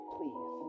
Please